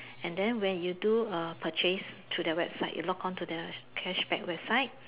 and then when you do a purchase through their website you log on to the cashback website